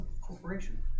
Corporation